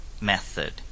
method